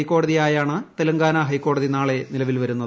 ഹൈക്കോടതിയായാണ് തെലങ്കാന ഹൈക്കോടതി നാളെ നിലവിൽ വരുന്നത്